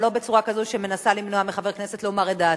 אבל לא בצורה כזאת שמנסה למנוע מחבר הכנסת לומר את דעתו.